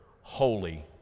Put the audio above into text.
holy